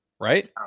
Right